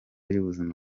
y’ubuzima